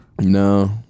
No